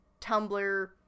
Tumblr